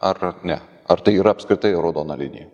ar ne ar tai yra apskritai raudona linija